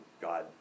God